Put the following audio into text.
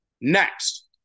Next